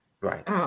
Right